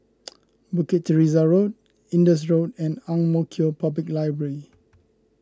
Bukit Teresa Road Indus Road and Ang Mo Kio Public Library